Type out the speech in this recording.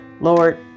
Lord